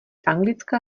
anglická